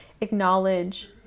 acknowledge